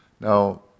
Now